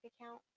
account